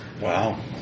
Wow